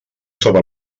sobre